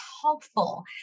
helpful